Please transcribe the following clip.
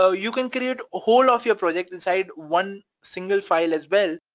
so you can create a whole of your project inside one single file as well,